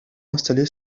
installé